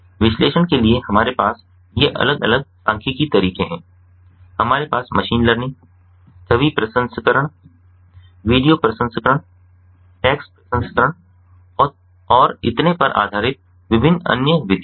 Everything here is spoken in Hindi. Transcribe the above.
विश्लेषण के लिए हमारे पास ये अलग अलग सांख्यिकीय तरीके हैं हमारे पास मशीन लर्निंग छवि प्रसंस्करण वीडियो प्रसंस्करण टेक्स्ट प्रसंस्करण और इतने पर आधारित विभिन्न अन्य विधियां हैं